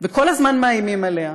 וכל הזמן מאיימים עליה,